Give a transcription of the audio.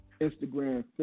Instagram